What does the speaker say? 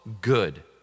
good